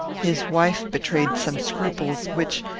his wife betrayed some scruples which,